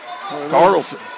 Carlson